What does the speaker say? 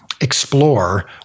explore